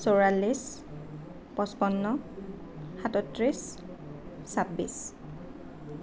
চৌৰাল্লিছ পঁচপন্ন সাতচল্লিছ ছাব্বিছ